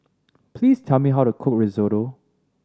please tell me how to cook Risotto